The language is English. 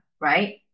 right